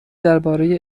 درباره